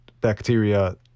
bacteria